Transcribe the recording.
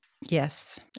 Yes